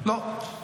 לא.